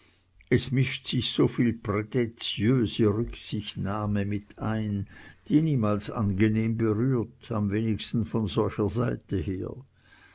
es mischt sich soviel prätentiöse rücksichtnahme mit ein die niemals angenehm berührt am wenigsten von solcher seite her